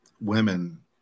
women